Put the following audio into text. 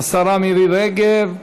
השרה מירי רגב.